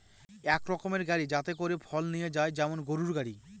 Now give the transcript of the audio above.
এক রকমের গাড়ি যাতে করে ফল নিয়ে যায় যেমন গরুর গাড়ি